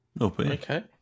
Okay